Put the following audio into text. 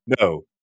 no